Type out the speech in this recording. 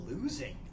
losing